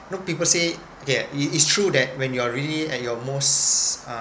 know people say okay it it is true that when you're really at your most